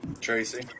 Tracy